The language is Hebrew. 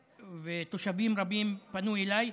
ותושבים רבים פנו אליי.